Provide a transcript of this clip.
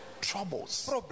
Troubles